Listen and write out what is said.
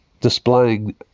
displaying